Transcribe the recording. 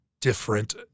Different